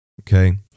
okay